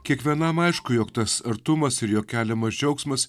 kiekvienam aišku jog tas artumas ir jo keliamas džiaugsmas